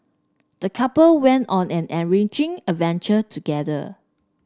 the couple went on an enriching adventure together